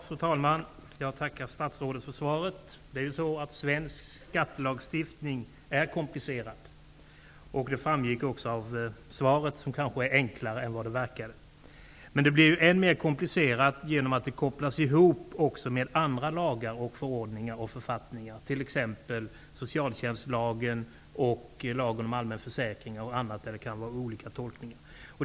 Fru talman! Jag tackar statsrådet för svaret. Svensk skattelagstiftning är komplicerad, vilket också framgick av svaret, som kanske var enklare än det verkade. Men skattelagstiftningen blir än mer komplicerad genom att den kopplas ihop med andra lagar, förordningar och författningar, t.ex. med bl.a. socialtjänstlagen och lagen om allmän försäkring, där det kan vara fråga om olika tolkningar.